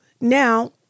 now